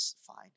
fine